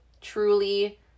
truly